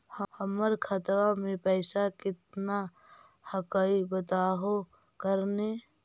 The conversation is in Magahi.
हमर खतवा में पैसा कितना हकाई बताहो करने?